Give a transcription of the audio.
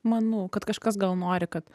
manau kad kažkas gal nori kad